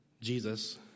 Jesus